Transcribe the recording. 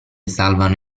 salvano